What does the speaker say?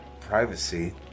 privacy